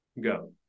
go